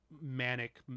manic